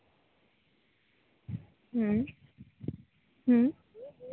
ᱦᱩᱸ ᱦᱩᱸ